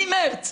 הנושא